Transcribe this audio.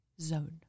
zone